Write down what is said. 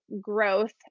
growth